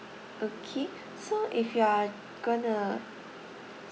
okay so if you're going to